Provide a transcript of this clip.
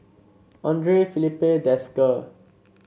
Andre Filipe Desker